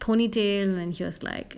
pony tail and he was like